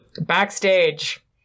Backstage